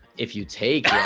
if you take